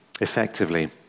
effectively